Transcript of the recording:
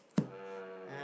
um